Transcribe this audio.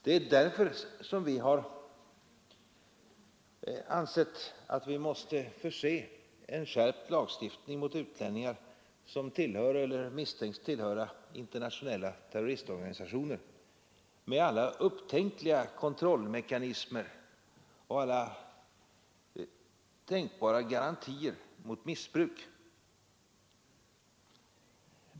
Det är därför som vi har ansett att vi måste förse en skärpt lagstiftning mot utlänningar som tillhör eller misstänks tillhöra internationella terroristorganisationer med alla upptänkliga kontrollmekanismer och alla tänkbara garantier mot missbruk.